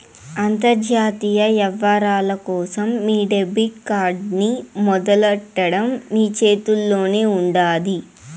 అంతర్జాతీయ యవ్వారాల కోసం మీ డెబిట్ కార్డ్ ని మొదలెట్టడం మీ చేతుల్లోనే ఉండాది